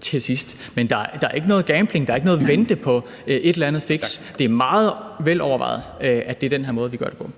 til sidst. Men der er ikke noget gambling, der er ikke noget venten på et eller andet fiks; det er meget velovervejet, at det er den her måde, vi gør det på.